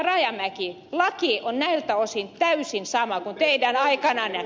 rajamäki laki on näiltä osin täysin sama kuin teidän aikananne